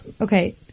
okay